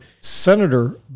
Senator